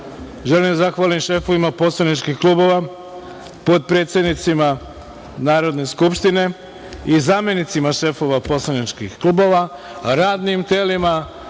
da zahvalim šefovima poslaničkih klubova, potpredsednicima Narodne skupštine i zamenicima šefova poslaničkih klubova, radnim telima,